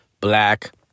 black